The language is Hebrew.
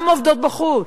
גם עובדות בחוץ,